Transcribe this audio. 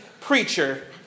preacher